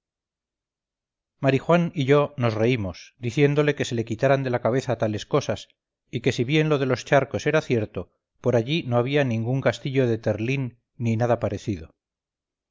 austerlitz marijuán y yo nos reímos diciéndole que se le quitaran de la cabeza tales cosas y que si bien lo de los charcos era cierto por allí no había ningún castillo de terlín ni nada parecido